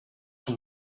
from